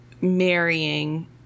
marrying